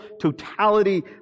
totality